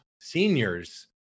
seniors